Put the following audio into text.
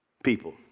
People